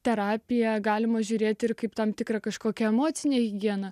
terapiją galima žiūrėti ir kaip tam tikrą kažkokią emocinę higieną